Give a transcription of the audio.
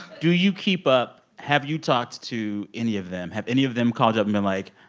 do you keep up have you talked to any of them? have any of them called you up and been like,